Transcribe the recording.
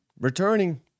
returning